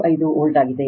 85 volt ಆಗಿದೆ